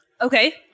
Okay